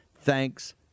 Thanks